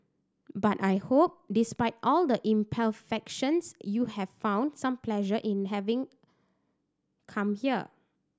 but I hope despite all the imperfections you have found some pleasure in having come here